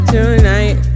Tonight